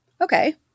Okay